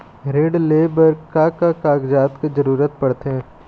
ऋण ले बर का का कागजात के जरूरत पड़थे?